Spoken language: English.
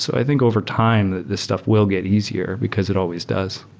so i think over time, this stuff will get easier, because it always does